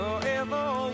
forever